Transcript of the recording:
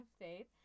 Faith